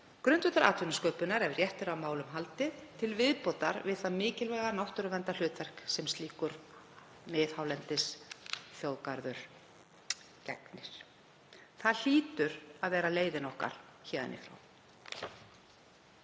grundvöllur atvinnusköpunar, ef rétt er á málum haldið, til viðbótar við það mikilvæga náttúruverndarhlutverk sem slíkur miðhálendisþjóðgarður gegnir. Það hlýtur að vera leiðin okkar héðan í frá.